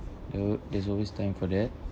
there wou~ there's always time for that